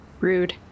Rude